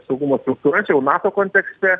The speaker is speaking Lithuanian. saugumo struktūrą čia jau nato kontekste